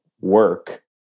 work